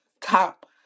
top